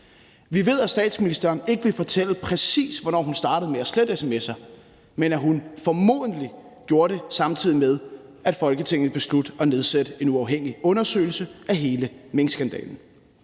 Vi ved, at statsministeren ikke vil fortælle, præcis hvornår hun startede med at slette sms’er, men at hun formodentlig gjorde det, samtidig med at Folketinget besluttede at nedsætte at uafhængig undersøgelse af hele minkskandalen.